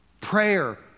Prayer